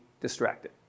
distracted